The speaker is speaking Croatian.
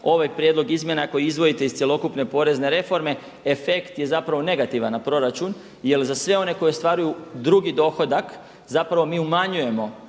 ovaj prijedlog izmjena ako izdvojite iz cjelokupne porezne reforme efekt je zapravo negativan na proračun jer za sve one koji ostvaruju drugi dohodak zapravo mi umanjujemo